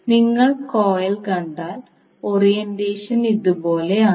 നിങ്ങൾ കോയിൽ കണ്ടാൽ ഓറിയന്റേഷൻ ഇതുപോലെ ആണ്